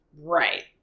Right